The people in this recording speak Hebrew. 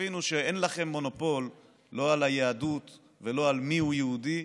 ותבינו שאין לכם מונופול לא על היהדות ולא על מיהו יהודי.